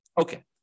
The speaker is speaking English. okay